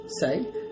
say